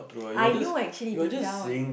I knew actually deep down